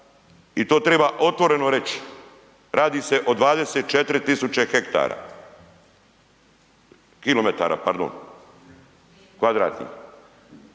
i to treba otvoreno reći. Radi se o 24 000 ha, km pardon kvadratnih.